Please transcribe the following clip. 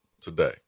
today